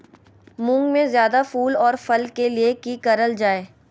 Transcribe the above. मुंग में जायदा फूल और फल के लिए की करल जाय?